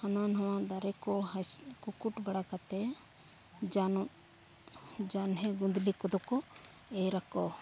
ᱦᱟᱱᱟ ᱱᱟᱣᱟ ᱫᱟᱨᱮ ᱠᱚ ᱦᱟᱥ ᱠᱩᱠᱩᱴ ᱵᱟᱲᱟ ᱠᱟᱛᱮᱫ ᱡᱟᱱᱚ ᱡᱟᱱᱦᱮ ᱜᱩᱫᱽᱞᱤ ᱠᱚᱫᱚ ᱠᱚ ᱮᱨᱟᱠᱚ